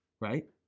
Right